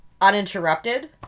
uninterrupted